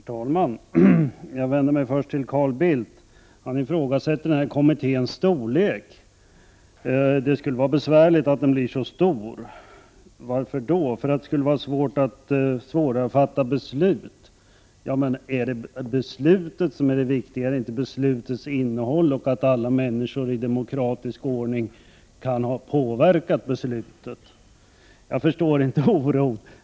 Herr talman! Jag vänder mig först till Carl Bildt, som ifrågasätter kommitténs storlek. Han anser att det skulle vara besvärligt om den blev för stor, då det skulle vara svårare att fatta beslut. Men är det beslutet som är det viktiga? Är det inte beslutets innehåll och det att alla människor i demokratisk ordning kan ha påverkat beslutet? Jag förstår inte oron.